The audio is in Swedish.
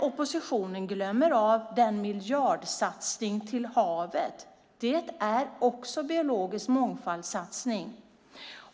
Oppositionen glömmer av miljardsatsningen på havet. Det är också en satsning på biologisk mångfald.